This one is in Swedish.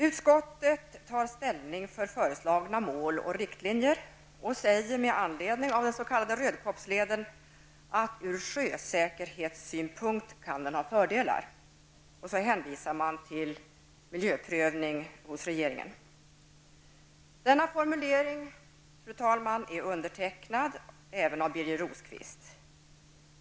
Utskottet tar ställning för föreslagna mål och riktlinjer och säger med anledning av den s.k. Rödkobbsleden att den ur sjösäkerhetssynpunkt kan ha fördelar. Sedan hänvisar man till miljöprövning hos regeringen. Den formuleringen, fru talman, är undertecknad även av Birger Rosqvist.